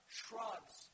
shrubs